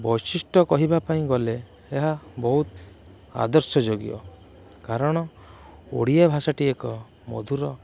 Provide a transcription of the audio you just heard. ବୈଶିଷ୍ଟ୍ୟ କହିବା ପାଇଁ ଗଲେ ଏହା ବହୁତ ଆଦର୍ଶ ଯୋଗ୍ୟ କାରଣ ଓଡ଼ିଆ ଭାଷାଟି ଏକ ମଧୁର